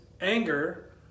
anger